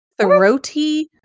throaty